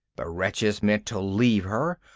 the wretches meant to leave her,